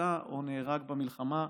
שנפצע או נהרג במלחמה.